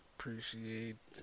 Appreciate